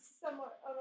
somewhat